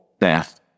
death